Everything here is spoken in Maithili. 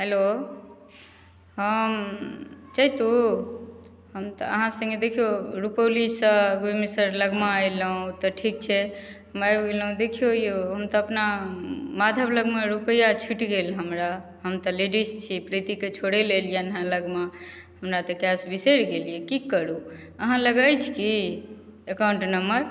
हेलो हम चैतू हम तऽ अहाँ सङ्गे देखियौ रुपोलीसँ मे एलहुँ तऽ ठीक छै हम आबि गेलहुँ देखियौ यौ हम तऽ अपना माधव लगमे रुपैआ छुटि गेल हमरा हम तऽ लेडीज छी प्रीतिके छोड़ैले एलियन हेँ लगमा हमरा तऽ कैश बिसरि गेलियै कि करू अहाँ लग अछि कि एकाउन्ट नम्बर